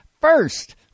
First